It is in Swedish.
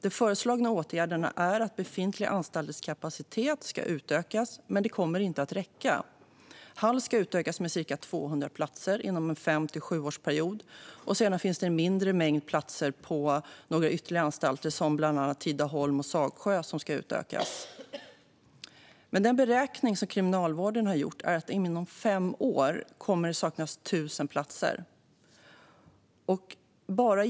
De föreslagna åtgärderna är att kapaciteten hos befintliga anstalter ska utökas. Men det kommer inte att räcka. Hall ska utökas med ca 200 platser inom en period på fem till sju år. Sedan finns en mindre mängd utökade platser på ytterligare några anstalter, såsom Tidaholm och Sagsjön. Den beräkning som Kriminalvården har gjort innebär att det inom fem år kommer att saknas 1 000 platser.